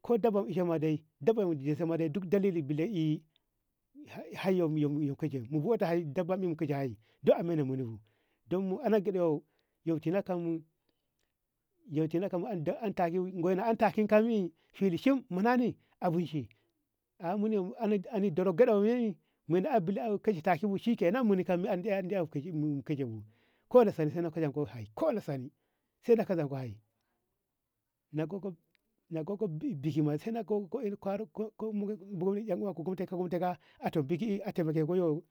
ko dabba ma ishenka de dabba mu zeka ma de duk dalili hai yomo yo yo mu bota hai tabamin duk dalili bile ey hei yomi yo mu bota hei duk a menemu ba dan muna gyede yo kalatamu antayi takinka mi shim abinci ani dara gyedau munde bilham shikenan munu kajibu kole ku sani sai da ka zabayi na kokof na kokof bijimo ka buni yan uwa ka gumteka yi na tema kankeka ye.